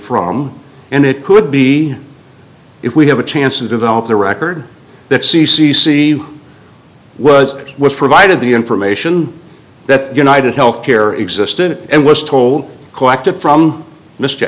from and it could be if we have a chance to develop the record that c c c was it was provided the information that united healthcare existed and was told collected from m